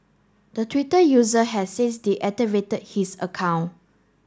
the Twitter user has since deactivated his account